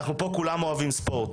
פה כולנו אוהבים ספורט,